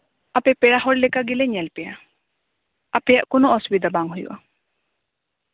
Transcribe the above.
ᱟᱯᱮ ᱯᱮᱲᱟ ᱦᱚᱲ ᱞᱮᱠᱟ ᱜᱮᱞᱮ ᱧᱮᱞ ᱯᱮᱭᱟ ᱟᱯᱮᱭᱟᱜ ᱠᱳᱱᱳ ᱚᱥᱩᱵᱤᱫᱷᱟ ᱵᱟᱝ ᱦᱩᱭᱩᱜᱼᱟ